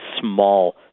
small